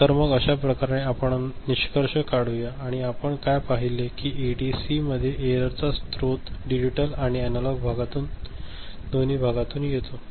तर मग अश्याप्रकारे आपण निष्कर्ष काढुया आणि आपण काय पाहिले की एडीसीमध्ये एरर चा स्रोत डिजिटल आणि अॅनालॉग भागातून दोन्ही भागातून येत असतो